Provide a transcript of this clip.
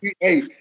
hey